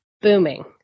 booming